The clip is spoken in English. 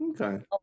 Okay